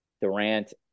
Durant